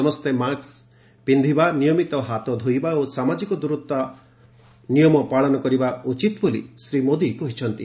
ସମସ୍ତେ ମାସ୍କ ପିନ୍ଧିବା ନିୟମିତ ହାତ ଧୋଇବା ଓ ସାମାଜିକ ଦୂରତ୍ୱ ନିୟମ ପାଳନ କରିବା ଉଚିତ୍ ବୋଲି ଶ୍ରୀ ମୋଦି କହିଛନ୍ତି